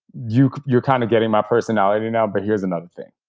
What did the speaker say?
you're you're kind of getting my personality now. but here's another thing.